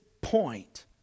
point